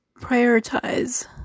prioritize